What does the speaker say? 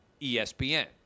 ESPN